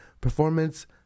performance